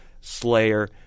Slayer